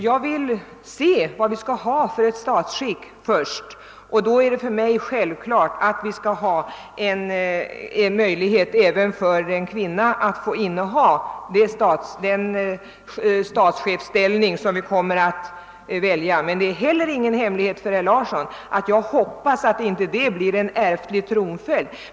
Jag vill se vad vi skall ha för ett statsskick, innan jag tar ställning härvidlag, men det är för mig självklart att det skall finnas möjlighet även för en kvinna att inneha den statschefsställning som vi kommer att välja. Det kan emellertid inte vara okänt för herr Larsson i Luttra att jag hoppas att det inte blir fråga om ärftlig tronföljd.